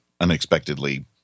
unexpectedly